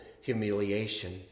humiliation